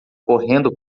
correndo